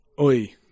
Oi